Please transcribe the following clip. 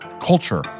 culture